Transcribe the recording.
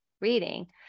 reading